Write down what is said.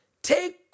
Take